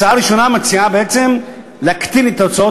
הצעה אחת מציעה בעצם להקטין את ההוצאות